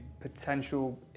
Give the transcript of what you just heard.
potential